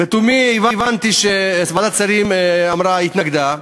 לתומי הבנתי שוועדת השרים התנגדה.